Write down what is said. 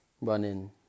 running